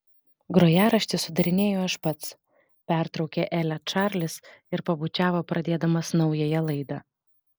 grojaraštį sudarinėju aš pats pertraukė elę čarlis ir pabučiavo pradėdamas naująją laidą